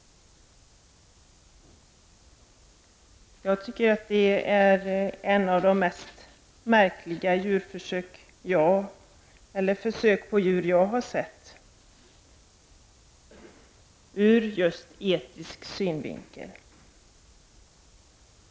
Jag tycker att det är ett av de märkligaste försök på djur som jag har sett ur just etisk synvinkel.